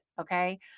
Okay